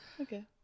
Okay